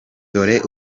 dore